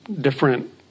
different